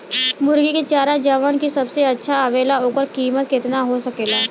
मुर्गी के चारा जवन की सबसे अच्छा आवेला ओकर कीमत केतना हो सकेला?